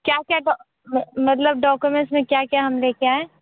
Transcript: क्या क्या मतलब डाॅकोमेंट्स में क्या क्या हम लेके आएँ